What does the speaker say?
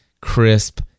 crisp